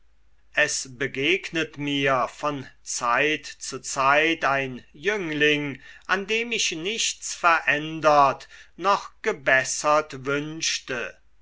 es begegnet mir von zeit zu zeit ein jüngling an dem ich nichts verändert noch gebessert wünschte